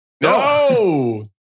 No